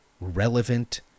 relevant